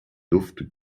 duft